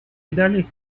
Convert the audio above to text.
видали